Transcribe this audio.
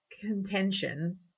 contention